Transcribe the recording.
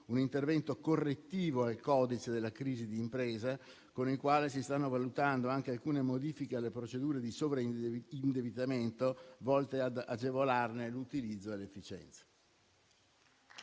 un intervento correttivo al codice della crisi di impresa, con il quale si stanno valutando anche alcune modifiche alle procedure di indebitamento volte ad agevolarne l'utilizzo e l'efficienza.